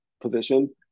positions